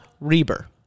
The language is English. Reber